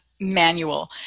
manual